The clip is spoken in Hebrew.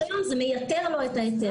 כשיש רישיון, זה מייתר לו את ההיתר.